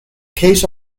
case